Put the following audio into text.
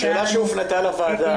--- שאלה שהופנתה לוועדה,